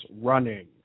running